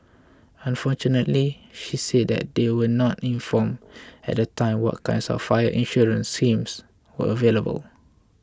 unfortunately she said that they were not informed at the time what kinds of fire insurance schemes were available